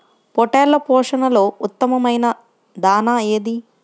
పొట్టెళ్ల పోషణలో ఉత్తమమైన దాణా ఏది?